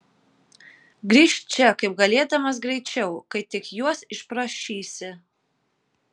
grįžk čia kaip galėdamas greičiau kai tik juos išprašysi